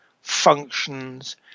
functions